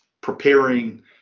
preparing